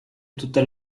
tutta